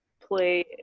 play